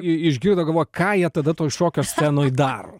i išgirdo galvoja ką jie tada toj šokio scenoje daro